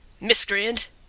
miscreant